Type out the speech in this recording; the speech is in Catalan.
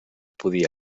podia